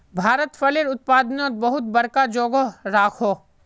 भारत फलेर उत्पादनोत बहुत बड़का जोगोह राखोह